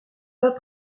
pas